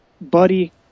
Buddy